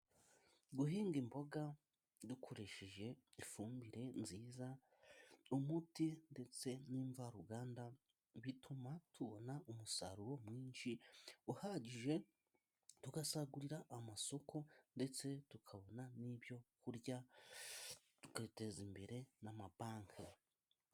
Guhinga imboga dukoresheje ifumbire nziza, umuti ndetse n'imvaruganda, bituma tubona umusaruro mwinshi uhagije tugasagurira amasoko, ndetse tukabona n'ibyo kurya tugateza imbere n'amabanki.